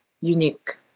unique